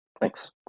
Thanks